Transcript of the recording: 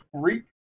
greek